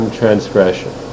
transgression